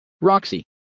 Roxy